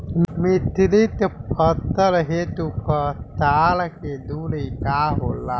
मिश्रित फसल हेतु कतार के दूरी का होला?